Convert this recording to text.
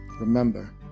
Remember